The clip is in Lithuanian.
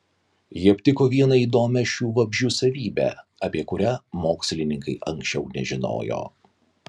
ji aptiko vieną įdomią šių vabzdžių savybę apie kurią mokslininkai anksčiau nežinojo